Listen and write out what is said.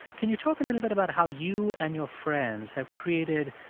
can you talk little bit about how you and your friends have created,